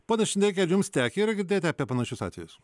ponas šindeiki ar jums tekę yra girdėti apie panašius atvejus